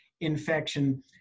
infection